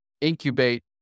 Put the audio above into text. incubate